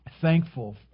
Thankful